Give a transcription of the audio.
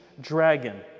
dragon